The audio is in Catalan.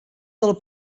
del